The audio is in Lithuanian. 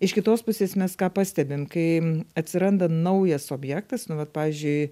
iš kitos pusės mes ką pastebim kai atsiranda naujas objektas nuolat pavyzdžiui